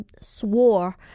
swore